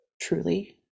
truly